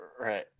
right